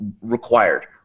required